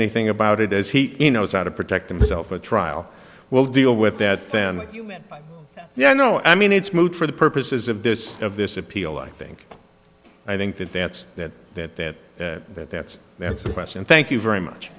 anything about it as he knows how to protect himself a trial will deal with that then you meant no no i mean it's moot for the purposes of this of this appeal i think i think that that's that that that that that's that's a question thank you very much